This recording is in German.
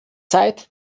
zeit